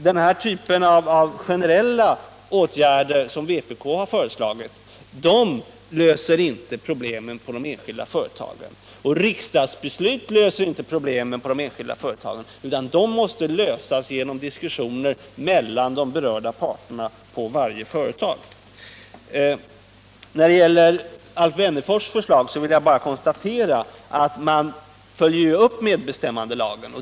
Den typ av generella åtgärder som vpk har föreslagit löser inte problemen på de enskilda företagen. Det gör inte heller riksdagens beslut. Problemen måste lösas genom diskussioner mellan de berörda parterna på varje företag. När det gäller Alf Wennerfors förslag vill jag bara konstatera att man följer upp medbestämmandelagen.